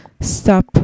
Stop